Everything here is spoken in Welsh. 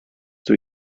dydw